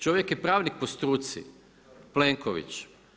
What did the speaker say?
Čovjek je pravnik po struci Plenković.